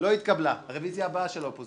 אני מצביעה במקום עפר שלח.